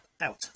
out